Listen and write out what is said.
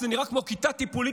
שנראית כמו כיתה טיפולית.